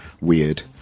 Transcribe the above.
weird